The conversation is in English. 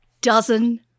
dozen